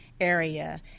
area